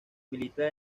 milita